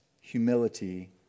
humility